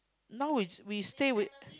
now is we stay with